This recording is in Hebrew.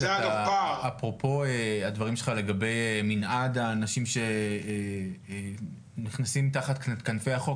אפרופו הדברים שלך לגבי מינעד אנשים שנכנסים תחת כנפי החוק,